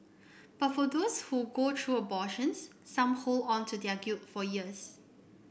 but for those who go through abortions some hold on to their guilt for years